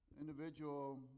individual